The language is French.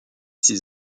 ses